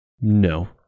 No